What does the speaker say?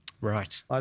Right